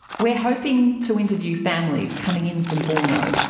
we are hoping to interview families coming in from borno.